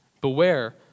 beware